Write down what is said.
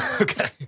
Okay